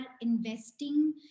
investing